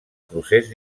procés